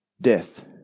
death